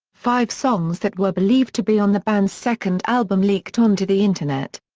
five songs that were believed to be on the band's second album leaked onto the internet.